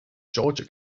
georgia